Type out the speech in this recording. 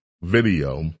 video